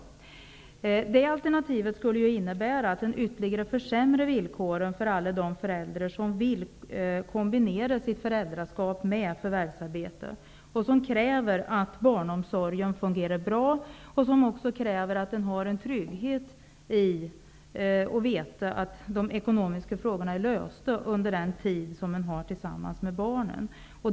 Det här aktuella alternativet skulle ju innebära ytterligare försämrade villkor för alla föräldrar som vill kombinera föräldraskapet med förvärvsarbete och som kräver en väl fungerande barnomsorg liksom den trygghet som ligger i att de vet att de ekonomiska frågorna är lösta under den tid som de har tillsammans med barnen.